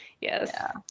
yes